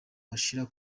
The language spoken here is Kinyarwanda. gushika